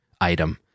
item